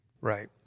Right